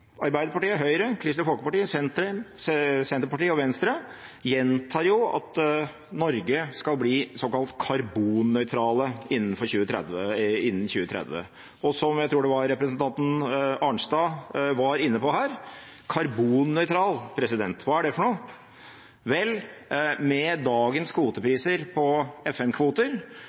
Arbeiderpartiet, Høyre, Kristelig Folkeparti, Senterpartiet og Venstre, gjentar at Norge skal bli såkalt karbonnøytralt innen 2030. Jeg tror det var representanten Arnstad som var inne på dette: Karbonnøytral, hva er det for noe? Vel, med dagens